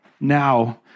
now